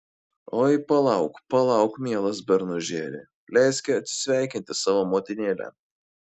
oi palauk palauk mielas bernužėli leiski atsisveikinti savo motinėlę